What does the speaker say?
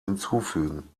hinzufügen